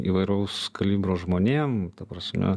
įvairaus kalibro žmonėm ta prasme